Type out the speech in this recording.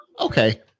Okay